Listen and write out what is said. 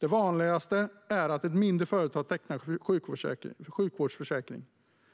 Det vanligaste är att det är mindre företag som tecknar sjukvårdsförsäkring.